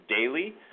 daily